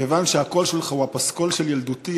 כיוון שהקול שלך הוא הפסקול של ילדותי,